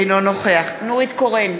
נגד שי פירון,